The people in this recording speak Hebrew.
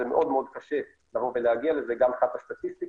זה מאוד מאוד קשה להגיע לזה גם מבחינת הסטטיסטיקה,